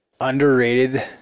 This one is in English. underrated